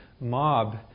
mob